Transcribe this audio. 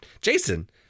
Jason